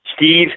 steve